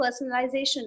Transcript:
personalization